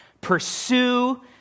pursue